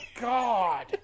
God